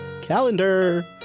calendar